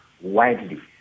widely